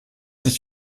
nicht